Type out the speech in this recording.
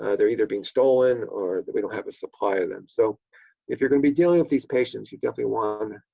ah they're either being stolen or we don't have a supply of them. so if you're going to be dealing with these patients you definitely want, um